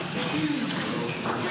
מי